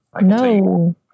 no